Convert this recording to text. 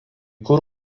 kur